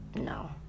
No